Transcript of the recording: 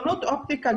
חנות אופטיקה,